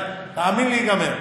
תאמין לי, ייגמר.